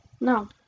No